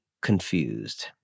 confused